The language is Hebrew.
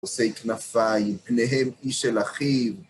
פורשי כנפיים, פניהם אי של אחיו.